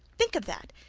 think of that!